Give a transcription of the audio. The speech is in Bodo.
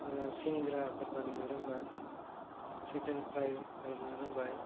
सिंग्राफोर बानायना रोंबाय चिकेन फ्राइ खालामनो रोंबाय